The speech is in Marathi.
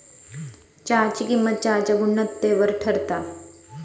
चहाची किंमत चहाच्या गुणवत्तेवर ठरता